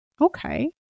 Okay